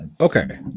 Okay